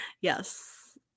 Yes